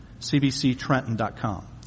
cbctrenton.com